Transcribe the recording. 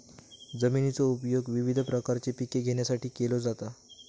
जमिनीचो उपयोग विविध प्रकारची पिके घेण्यासाठीपण केलो जाता